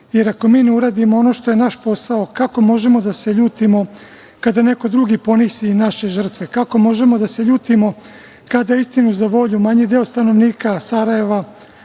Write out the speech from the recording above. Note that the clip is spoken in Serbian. jer ako mi ne uradimo ono što je naš posao, kako možemo da se ljutimo kada neko drugi ponizi naše žrtve? Kako možemo da se ljutimo kada, istini za volju, manji deo stanovnika Sarajeva